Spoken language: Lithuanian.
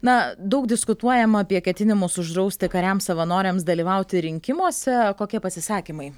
na daug diskutuojama apie ketinimus uždrausti kariams savanoriams dalyvauti rinkimuose kokie pasisakymai